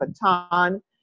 baton